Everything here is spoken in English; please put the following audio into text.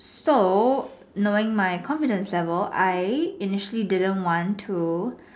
so knowing my confidence level I initially didn't want to